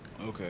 okay